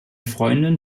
freundin